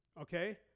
okay